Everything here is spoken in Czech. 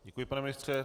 Děkuji, pane ministře.